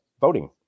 voting